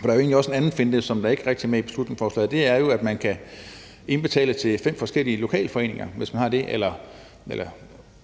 For der er egentlig også en anden finte, som ikke rigtig er med i beslutningsforslaget, og det er jo, at man kan indbetale til fem eller ti forskellige lokalforeninger, hvis der er det,